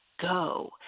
go